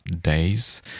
days